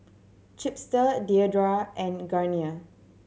Chipster Diadora and Garnier